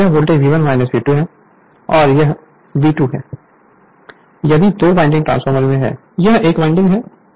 यह voltage V1 यह voltage V2 है